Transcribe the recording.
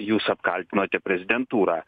jūs apkaltinote prezidentūrą